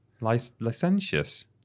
Licentious